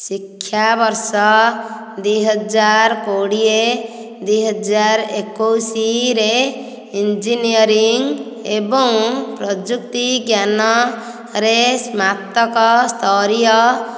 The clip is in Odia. ଶିକ୍ଷାବର୍ଷ ଦୁଇ ହଜାର କୋଡ଼ିଏ ଦୁଇ ହଜାର ଏକୋଇଶିରେ ଇଞ୍ଜିନିୟରିଂ ଏବଂ ପ୍ରଯୁକ୍ତିଜ୍ଞାନରେ ସ୍ନାତକ ସ୍ତରୀୟ